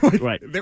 Right